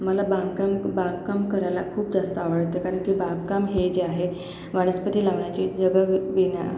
मला बागकाम बागकाम करायला खूप जास्त आवडते कारण की बागकाम हे जे आहे वनस्पती लावण्याचे जगविण्या